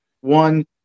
one